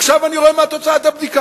עכשיו אני רואה מה תוצאת הבדיקה.